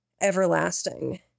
everlasting